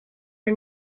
are